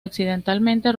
accidentalmente